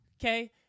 Okay